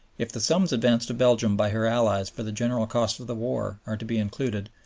if the sums advanced to belgium by her allies for the general costs of the war are to be included,